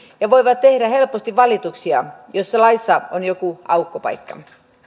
ja voivat tehdä helposti valituksia jos laissa on joku aukkopaikka